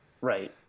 Right